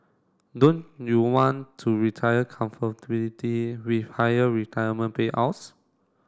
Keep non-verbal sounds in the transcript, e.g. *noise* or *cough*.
don't you want to retire *unintelligible* with higher retirement payouts